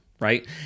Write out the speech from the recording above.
right